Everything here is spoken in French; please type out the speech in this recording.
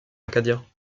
acadiens